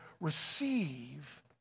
Receive